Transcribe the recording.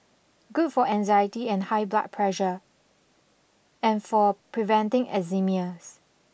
good for anxiety and high blood pressure and for preventing enzymias